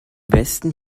westen